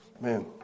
Man